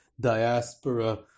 diaspora